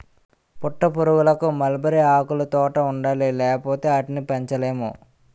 పట్టుపురుగులకు మల్బరీ ఆకులుతోట ఉండాలి లేపోతే ఆటిని పెంచలేము